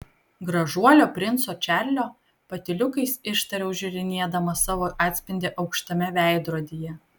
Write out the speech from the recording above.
gražuolio princo čarlio patyliukais ištariau apžiūrinėdama savo atspindį aukštame veidrodyje